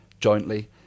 jointly